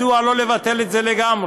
מדוע לא לבטל את זה לגמרי?